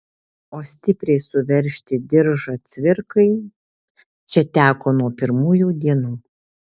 o stipriai suveržti diržą cvirkai čia teko nuo pirmųjų dienų